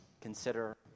consider